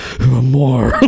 more